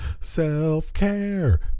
self-care